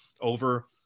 over